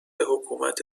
حکومت